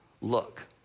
look